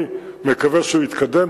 אני מקווה שהוא יתקדם.